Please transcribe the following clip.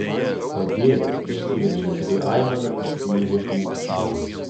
o dieve išsiveržė tyli aimana iš luizos lūpų